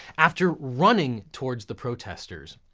after running towards the protesters.